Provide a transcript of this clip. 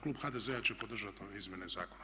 Klub HDZ-a će podržati ove izmjene zakona.